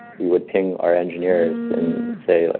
we would ping our engineers and say, like